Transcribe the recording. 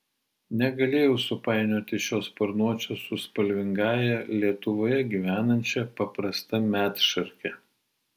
negalėjau supainioti šio sparnuočio su spalvingąja lietuvoje gyvenančia paprasta medšarke